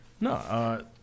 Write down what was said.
No